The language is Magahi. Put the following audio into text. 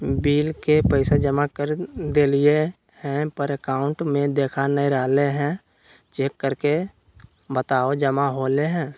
बिल के पैसा जमा कर देलियाय है पर अकाउंट में देखा नय रहले है, चेक करके बताहो जमा होले है?